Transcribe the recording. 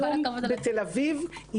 בתל אביב,